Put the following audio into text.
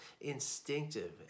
instinctive